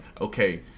okay